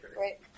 Right